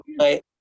right